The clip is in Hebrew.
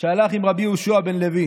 שהלך עם רבי יהושע בן לוי